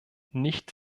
nicht